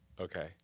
Okay